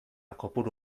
kopuru